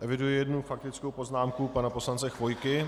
Eviduji jednu faktickou poznámku pana poslance Chvojky.